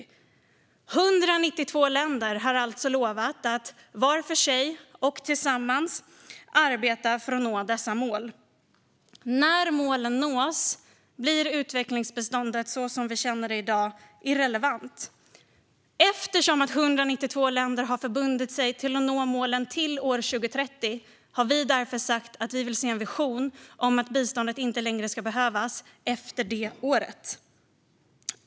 192 länder har alltså lovat att var för sig och tillsammans arbeta för att nå dessa mål. När målen nås blir utvecklingsbiståndet så som vi känner det i dag irrelevant. Eftersom 192 länder har förbundit sig att nå målen till år 2030 har vi sagt att vi vill se en vision om att biståndet inte längre ska behövas efter det året.